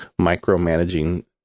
micromanaging